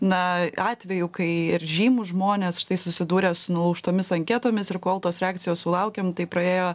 na atvejų kai ir žymūs žmonės štai susidūrę su nulaužtomis anketomis ir kol tos reakcijos sulaukėme tai praėjo